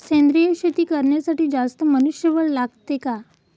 सेंद्रिय शेती करण्यासाठी जास्त मनुष्यबळ लागते का?